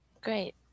Great